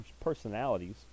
personalities